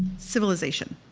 civilization.